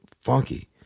Funky